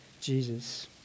Jesus